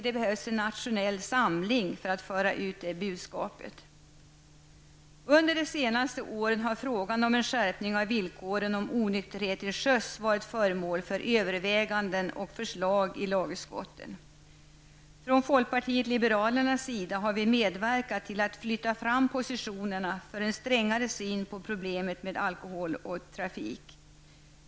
Det behövs en nationell samling för att föra ut det budskapet, tycker jag. Under de senaste åren har frågan om en skärpning av villkoren om onykterhet till sjöss varit föremål för överväganden och förslag i lagutskottet. Från folkpartiet liberalernas sida har vi medverkat till att flytta fram positionerna för en strängare syn på problemet med alkohol och trafik.